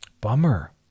bummer